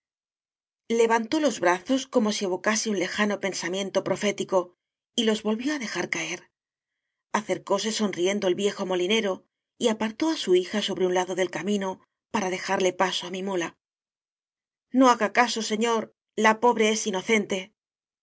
levantó los brazos como si evocase un lejano pensamiento profético y los volvió á dejar caer acercóse sonriendo el viejo mo linero y apartó á su hija sobre un lado del camino para dejarle paso á mi muía no haga caso señor la pobre es